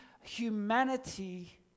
humanity